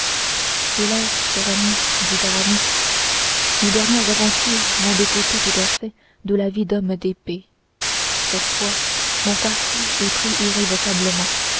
hélas cher ami dit aramis nos dernières aventures m'ont dégoûté tout à fait de la vie d'homme d'épée cette fois mon parti est pris irrévocablement